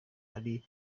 ari